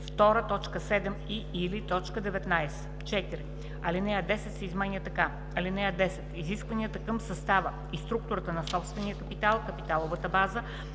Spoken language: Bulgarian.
т. 7 и/или т. 19. 4. Алинея 10 се изменя така: „(10) Изискванията към състава и структурата на собствения капитал (капиталовата база)